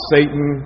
Satan